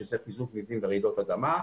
שזה חיזוק מבנים לרעידות אדמה,